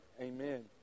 amen